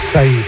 Say